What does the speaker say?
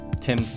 Tim